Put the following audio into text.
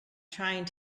trying